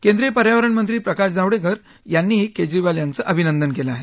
केद्रिय पर्यावरण मंत्री प्रकाश जावडेकर यांनीही केजरीवाल यांचं अभिनंदन केलं आहे